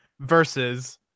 versus